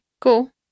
Cool